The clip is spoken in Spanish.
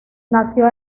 nació